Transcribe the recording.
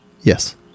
Yes